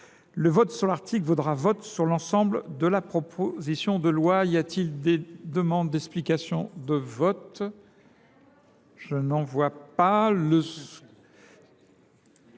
le vote sur l’article vaudra vote sur l’ensemble de la proposition de loi. Y a t il des demandes d’explication de vote ?… J’ai été saisi